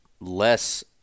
less